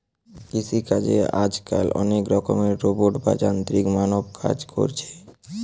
কৃষি চাষে আজকাল অনেক রকমের রোবট বা যান্ত্রিক মানব কাজ কোরছে